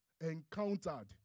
encountered